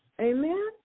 Amen